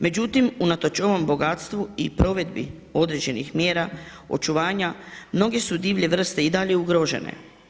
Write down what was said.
Međutim, unatoč ovom bogatstvu i provedbi određenih mjera očuvanja mnoge su divlje vrste i dalje ugrožene.